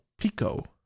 Pico